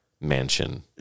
mansion